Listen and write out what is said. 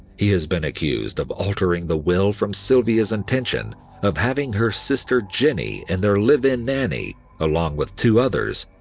he has been accused of altering the will from sylvia's intention of having her sister, jenny, and their live in nanny, along with two others,